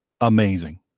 amazing